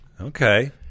Okay